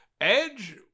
Edge